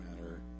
matter